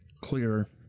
clearer